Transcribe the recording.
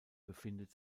befindet